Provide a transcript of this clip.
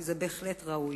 כי זה בהחלט ראוי.